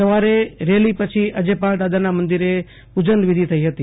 સવારે રેલી પછી અજેપાળ દાદાના મંદિરે પૂજનવિધિ થઇ હતી